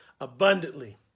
abundantly